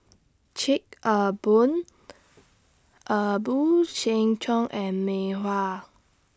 Chic A Boo A Boo Seng Choon and Mei Hua